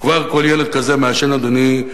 כבר כל ילד כזה מעשן, אדוני,